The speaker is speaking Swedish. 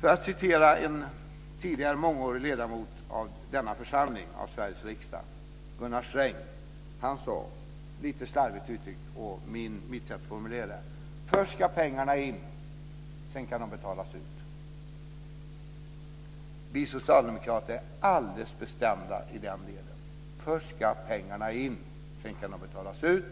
Låt mig citera en tidigare mångårig ledamot av denna församling, av Sveriges riksdag, nämligen Gunnar Sträng. Han sade, lite slarvigt uttryckt med mitt sätt att formulera det: Först ska pengarna in, sedan kan de betalas ut. Vi socialdemokrater är alldeles bestämda i den delen. Först ska pengarna in, sedan kan de betalas ut.